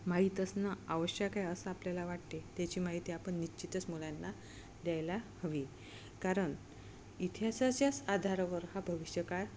माहीत असणं आवश्यक आहे असं आपल्याला वाटते त्याची माहिती आपण निश्चितच मुलांना द्यायला हवी कारण इतिहासाच्याच आधारावर हा भविष्यकाळ